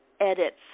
edits